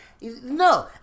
No